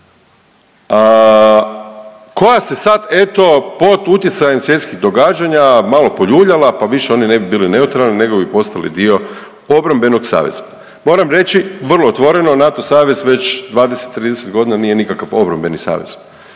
koja se sad eto, pod utjecajem svjetskih događanja malo poljuljala pa više ne bi oni bili neutralni nego bi postali dio obrambenog saveza. Moram reći vrlo otvoreno, NATO savez već 20, 30 godina nije nikakav obrambeni savez.